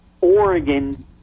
Oregon